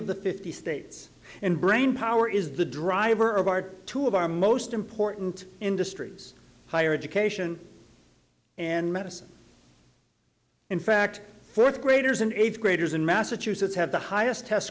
of the fifty states and brainpower is the driver of our two of our most important industries higher education and medicine in fact fourth graders and eighth graders in massachusetts have the highest test